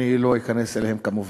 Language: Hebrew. אני לא אכנס אליהן, כמובן.